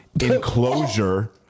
enclosure